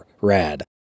rad